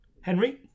Henry